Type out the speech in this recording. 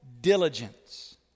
diligence